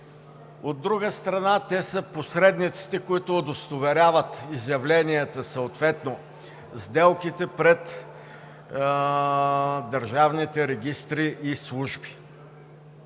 От друга страна, те са посредниците, които удостоверяват изявленията, съответно сделките пред държавните регистри и служби.